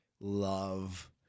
love